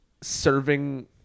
serving